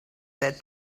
their